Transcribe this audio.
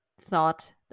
thought